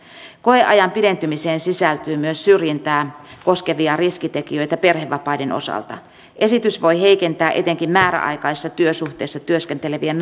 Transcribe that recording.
koeajan pidentymiseen sisältyy myös syrjintää koskevia riskitekijöitä perhevapaiden osalta esitys voi heikentää etenkin määräaikaisessa työsuhteessa työskentelevien